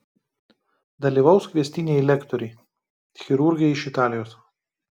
dalyvaus kviestiniai lektoriai chirurgai iš italijos